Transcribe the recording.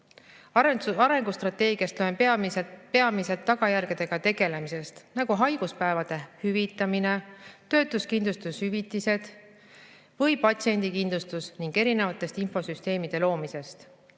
Arengustrateegiast loen peamiselt tagajärgedega tegelemisest, nagu haiguspäevade hüvitamine, töötuskindlustushüvitised või patsiendikindlustus, ning infosüsteemide loomisest.